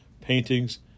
paintings